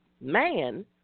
man